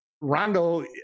Rondo